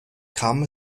kam